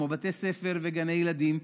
כמו בתי ספר וגני ילדים.